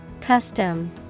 Custom